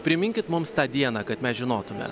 priminkit mums tą dieną kad mes žinotume